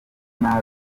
nabi